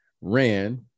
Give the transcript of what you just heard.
ran